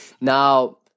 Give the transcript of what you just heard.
Now